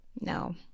No